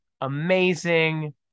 Amazing